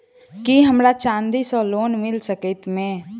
की हमरा चांदी सअ लोन मिल सकैत मे?